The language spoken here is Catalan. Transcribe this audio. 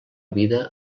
vida